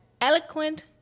eloquent